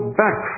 back